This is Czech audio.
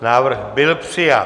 Návrh byl přijat.